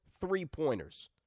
three-pointers